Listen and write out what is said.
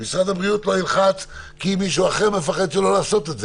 ומשרד הבריאות לא ילחץ כי מישהו אחר מפחד לא לעשות את זה.